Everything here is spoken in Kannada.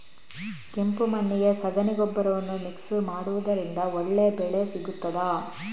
ಕೆಂಪು ಮಣ್ಣಿಗೆ ಸಗಣಿ ಗೊಬ್ಬರವನ್ನು ಮಿಕ್ಸ್ ಮಾಡುವುದರಿಂದ ಒಳ್ಳೆ ಬೆಳೆ ಸಿಗುತ್ತದಾ?